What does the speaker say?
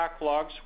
backlogs